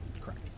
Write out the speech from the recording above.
Correct